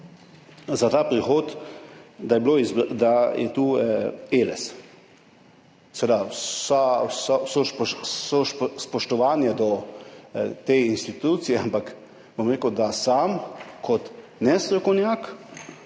za ta prehod. Seveda, z vsem spoštovanjem do te institucije, ampak bom rekel, da sam kot nestrokovnjak